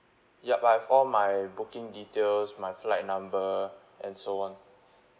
yup I have all my booking details my flight number and so on